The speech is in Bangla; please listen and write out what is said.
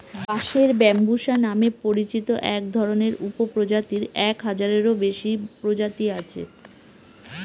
বাঁশের ব্যম্বুসা নামে পরিচিত একধরনের উপপ্রজাতির এক হাজারেরও বেশি প্রজাতি আছে